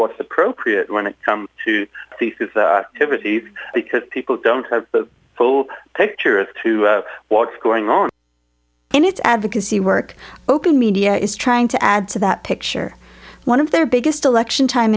what's appropriate when it comes to these overseas because people don't have the full picture as to what's going on in its advocacy work open media is trying to add to that picture one of their biggest election time